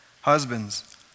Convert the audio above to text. Husbands